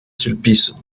sulpice